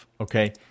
okay